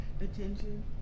Attention